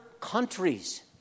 countries